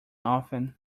often